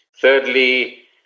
Thirdly